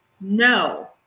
no